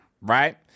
right